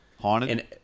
Haunted